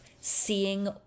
seeing